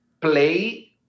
play